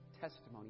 testimony